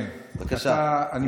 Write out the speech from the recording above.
בבקשה, השר.